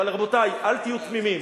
אבל, רבותי, אל תהיו תמימים.